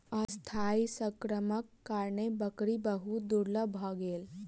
अस्थायी संक्रमणक कारणेँ बकरी बहुत दुर्बल भ गेल